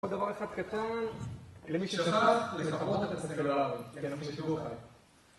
עוד דבר אחד קטן, למי ששכח לכבות את הסלולארי, אנחנו בשידור חי.